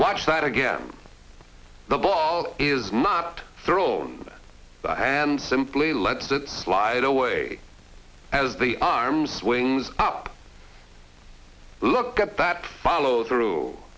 watch that again the ball is not thrown at the hand simply let it slide away as the arm swings up look at that follow through